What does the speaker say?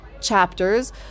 chapters